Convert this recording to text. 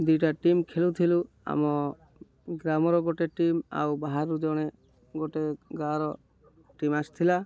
ଦୁଇଟା ଟିମ୍ ଖେଳୁଥିଲୁ ଆମ ଗ୍ରାମର ଗୋଟେ ଟିମ୍ ଆଉ ବାହାରୁ ଜଣେ ଗୋଟେ ଗାଁର ଟିମ୍ ଆସ ଥିଲା